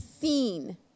seen